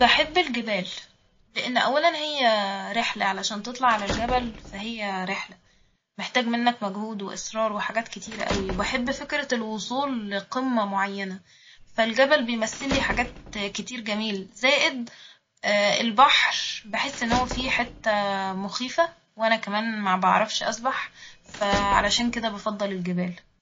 بحب الجبال ، لإن أولا هي رحلة علشان تطلع للجبل ف هي رحلة ، محتاج منك مجهود وإصرار وحاجات كتيرة أوي ، وبحب فكرة الوصول لقمة معينة ، فالجبل بيمثلي حاجات كتير جميل ، زائد البحر بحس إن هو فيه حتة مخيفة وأنا كمان مبعرفش أسبح ، فعلشان كده بفضل الجبال